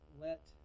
let